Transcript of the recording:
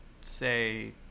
say